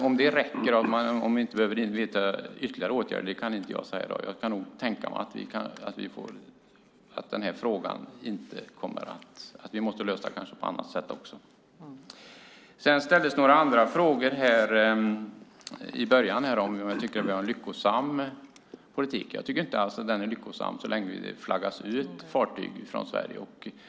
Om det räcker eller om man behöver vidta ytterligare åtgärder kan jag dock inte säga i dag. Jag kan nog tänka mig att denna fråga kanske måste lösas också på annat sätt. Det ställdes även några andra frågor i början, om huruvida jag tycker att vi har en lyckosam politik. Jag tycker inte alls att den är lyckosam så länge det flaggas ut fartyg från Sverige.